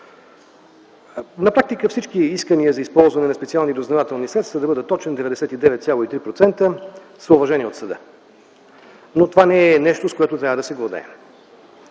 На практика всички искания за използване на специални разузнавателни средства – 99,3%, са уважени от съда, но това не е нещо, с което трябва да се гордеем.